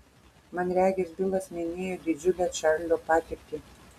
man regis bilas minėjo didžiulę čarlio patirtį